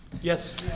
Yes